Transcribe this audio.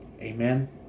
Amen